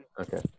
Okay